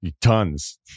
Tons